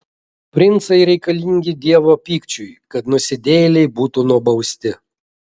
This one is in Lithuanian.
princai reikalingi dievo pykčiui kad nusidėjėliai būtų nubausti